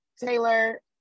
Taylor